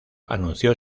anunció